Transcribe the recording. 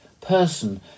person